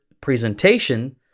presentation